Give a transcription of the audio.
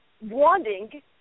wanting